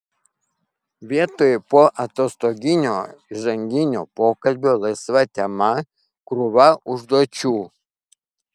vietoj poatostoginio įžanginio pokalbio laisva tema krūva užduočių